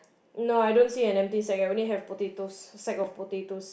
no I don't see an empty sack I only have potatoes sack of potatoes